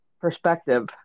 perspective